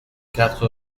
quatre